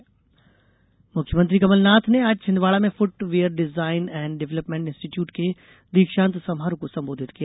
मुख्यमंत्री मुख्यमंत्री कमलनाथ ने आज छिंदवाड़ा में footwear design and development institute के दीक्षांत समारोह को संबोधित किया